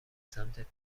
سمت